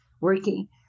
working